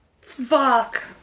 Fuck